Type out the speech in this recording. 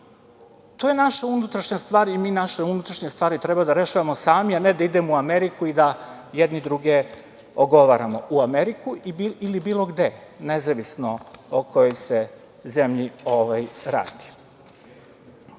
to je naša unutrašnja stvar i mi naše unutrašnje stvari treba da rešavamo sami, a ne da idemo u Ameriku i da jedni druge ogovaramo. U Ameriku ili bilo gde, nezavisno o kojoj se zemlji